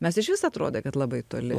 mes išvis atrodė kad labai toli